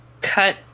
Cut